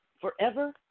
forever